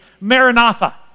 Maranatha